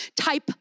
type